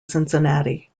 cincinnati